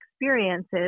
experiences